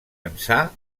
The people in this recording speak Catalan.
ençà